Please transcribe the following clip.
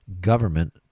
government